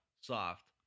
Soft